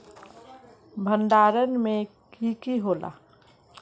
भण्डारण में की की होला?